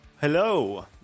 Hello